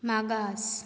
मागास